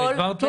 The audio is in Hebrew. הסברת טוב.